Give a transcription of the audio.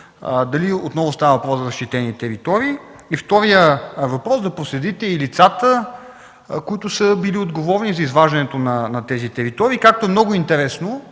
дали отново става въпрос за защитени територии. Вторият въпрос е да проследите лицата, които са били отговорни за изваждането на тези територии от горския фонд. Много е интересно